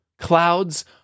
Clouds